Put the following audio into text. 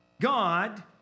God